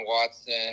Watson